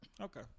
Okay